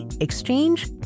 exchange